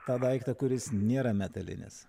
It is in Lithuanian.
tą daiktą kuris nėra metalinis